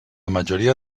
majoria